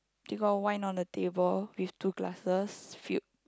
they got wine on the table with two glasses filled